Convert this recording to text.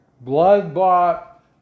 blood-bought